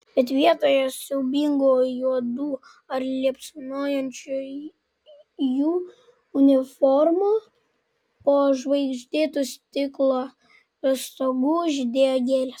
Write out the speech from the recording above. bet vietoj siaubingų juodų ar liepsnojančių jų uniformų po žvaigždėtu stiklo stogu žydėjo gėlės